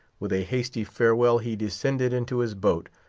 with a hasty farewell he descended into his boat,